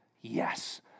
Yes